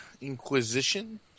Inquisition